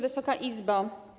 Wysoka Izbo!